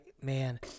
Man